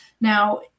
Now